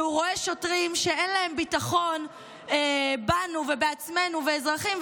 רואה שוטרים שאין להם ביטחון בנו ובעצמנו באזרחים,